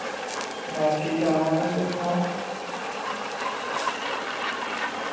बस ठीक ठाक म्हाराज तुस सनाओ